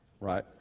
right